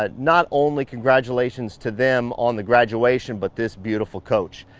ah not only congratulations to them on the graduation, but this beautiful coach.